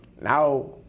now